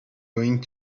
going